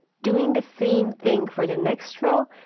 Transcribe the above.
doing the same thing for the next row,